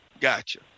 gotcha